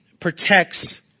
protects